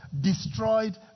destroyed